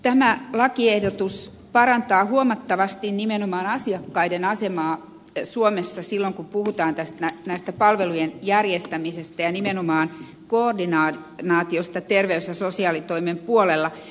tämä lakiehdotus parantaa huomattavasti nimenomaan asiakkaiden asemaa suomessa silloin kun puhutaan tästä palvelujen järjestämisestä ja nimenomaan koordinaatiosta terveys ja sosiaalitoimen puolella